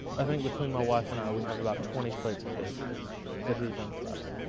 i think between my wife and i, we have about twenty plates of his that he's done for us.